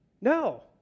no